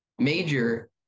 major